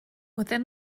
within